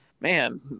man